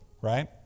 right